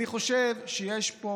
אני חושב שיש פה